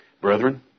Brethren